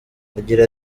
aragira